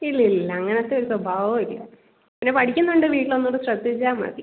ഇല്ല ഇല്ല അങ്ങനത്തെ ഒരു സ്വഭാവവും ഇല്ല പിന്നെ പഠിക്കുന്നുണ്ട് വീട്ടിൽ ഒന്നൂടെ ശ്രദ്ധിച്ചാൽ മതി